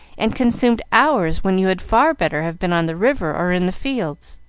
and consumed hours when you had far better have been on the river or in the fields.